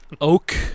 oak